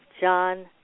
John